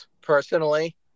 personally